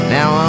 Now